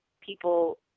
people